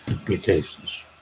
applications